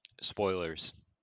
Spoilers